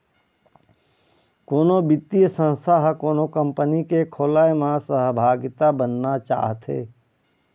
कोनो बित्तीय संस्था ह कोनो कंपनी के खोलय म सहभागिता बनना चाहथे